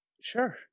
Sure